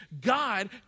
God